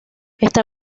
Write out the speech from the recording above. está